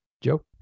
Joe